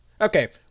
Okay